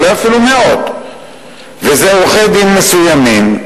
זה עורכי-דין מסוימים,